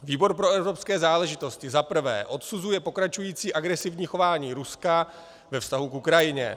Výbor pro evropské záležitosti 1. odsuzuje pokračující agresivní chování Ruska ve vztahu k Ukrajině;